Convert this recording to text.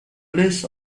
list